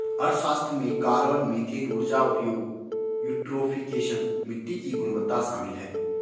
अर्थशास्त्र में carbon, methane ऊर्जा उपयोग, यूट्रोफिकेशन, मिट्टी की गुणवत्ता शामिल है